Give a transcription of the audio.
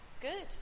Good